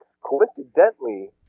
coincidentally